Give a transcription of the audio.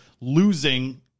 losing